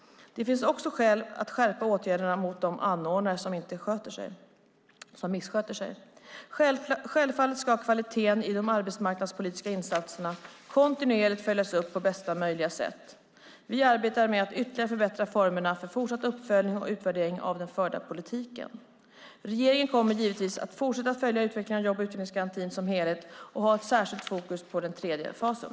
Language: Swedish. Det finns också skäl att skärpa åtgärderna mot de anordnare som missköter sig. Självfallet ska kvaliteten i de arbetsmarknadspolitiska insatserna kontinuerligt följas upp på bästa möjliga sätt. Vi arbetar med att ytterligare förbättra formerna för fortsatt uppföljning och utvärdering av den förda politiken. Regeringen kommer givetvis att fortsätta följa utvecklingen av jobb och utvecklingsgarantin som helhet och ha ett särskilt fokus på den tredje fasen.